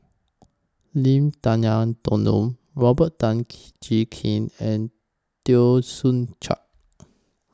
Lim Denan Denon Robert Tan Kee Jee Keng and Teo Soon Chuan